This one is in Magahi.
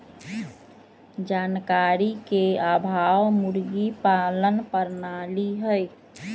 जानकारी के अभाव मुर्गी पालन प्रणाली हई